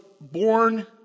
born